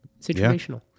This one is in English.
situational